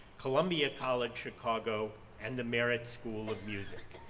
columbia college chicago, and the merritt school of music.